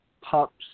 pups